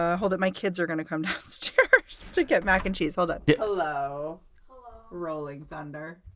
hold that my kids are gonna come downstairs to get mac and cheese, all that ditlow rolling thunder